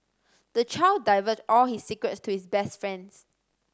the child divulged all his secrets to his best friends